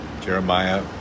Jeremiah